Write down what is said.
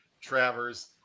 Travers